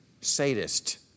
Sadist